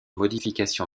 modification